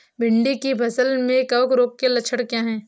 भिंडी की फसल में कवक रोग के लक्षण क्या है?